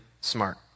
smart